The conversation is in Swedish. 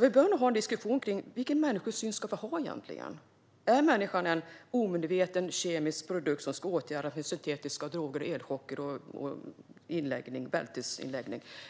Vi bör nog ha en diskussion om vilken människosyn vi egentligen ska ha. Är människan en omedveten, kemisk produkt som ska åtgärdas på syntetisk väg med elchocker, droger och bältesinläggning?